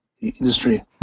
industry